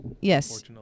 Yes